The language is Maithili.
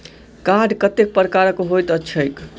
कार्ड कतेक प्रकारक होइत छैक?